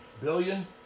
billion